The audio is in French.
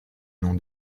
nom